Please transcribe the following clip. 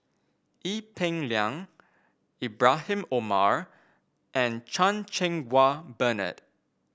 Ee Peng Liang Ibrahim Omar and Chan Cheng Wah Bernard